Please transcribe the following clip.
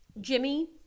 Jimmy